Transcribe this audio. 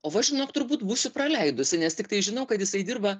o va žinok turbūt būsiu praleidusi nes tiktai žinau kad jisai dirba